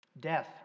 Death